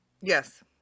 Yes